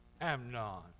Amnon